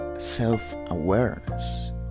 self-awareness